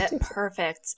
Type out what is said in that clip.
Perfect